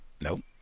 nope